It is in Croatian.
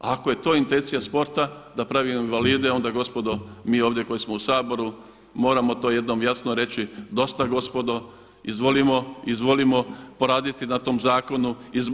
Ako je to intencija sporta da pravi invalide, onda gospodo mi ovdje koji smo u Saboru moramo to jednom jasno reći dosta gospodo, izvolimo poraditi na tom zakonu.